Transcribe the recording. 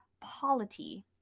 polity